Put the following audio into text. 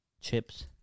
Chips